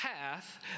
path